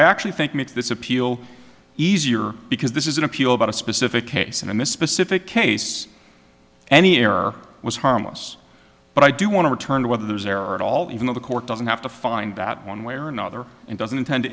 i actually think makes this appeal easier because this is an appeal about a specific case and in this specific case any error was harmless but i do want to return to whether there's error at all even though the court doesn't have to find that one way or another and doesn't intend to